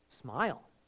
Smile